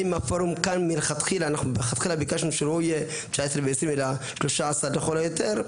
אנחנו מלכתחילה ביקשנו שלא יהיה 19 ו-20 אלא 13 לכל היותר.